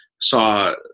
Saw